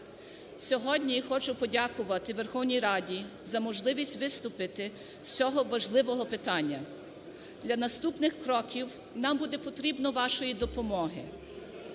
Сьогодні хочу подякувати Верховній Раді за можливість виступити з цього важливого питання. Для наступних кроків нам буде потрібна ваша допомога.